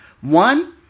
One